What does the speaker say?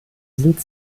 sind